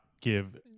give